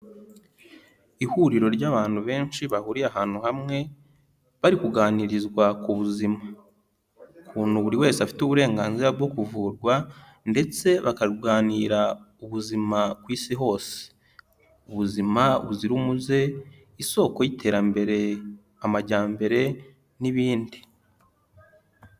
Ihuriro ry'abantu benshi bahuriye ahantu hamwe, bari kuganirizwa ku buzima, ukuntu buri wese afite uburenganzira bwo kuvurwa ndetse bakarwanira. Ubuzima ku isi hose ubuzima buzira umuze isoko y'iterambere amajyambere n'ibindi.